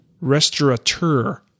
Restaurateur